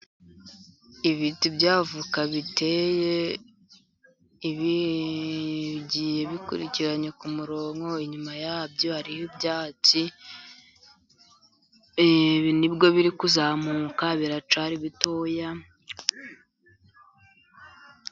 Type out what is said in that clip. Ibiti bya avoka biteye, bigiye bikurikiranye ku murongo inyuma yabyo hari ibyatsi nibwo biri kuzamuka biracyari bito.